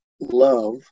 love